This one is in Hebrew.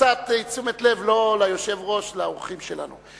קצת תשומת לב, לא ליושב-ראש, לאורחים שלנו.